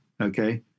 okay